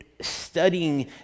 studying